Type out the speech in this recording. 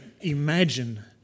imagine